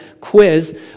quiz